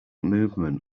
movement